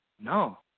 No